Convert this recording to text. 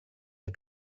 are